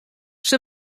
hja